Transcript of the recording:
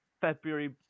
February